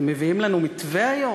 אתם מביאים לנו מתווה היום?